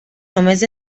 només